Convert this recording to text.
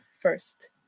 first